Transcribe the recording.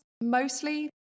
mostly